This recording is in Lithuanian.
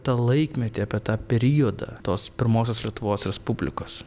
tą laikmetį apie tą periodą tos pirmosios lietuvos respublikos